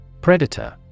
Predator